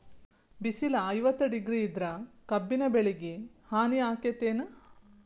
ಬಿಸಿಲ ಐವತ್ತ ಡಿಗ್ರಿ ಇದ್ರ ಕಬ್ಬಿನ ಬೆಳಿಗೆ ಹಾನಿ ಆಕೆತ್ತಿ ಏನ್?